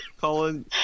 Colin